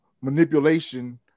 manipulation